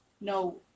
No